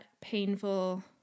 painful